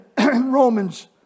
Romans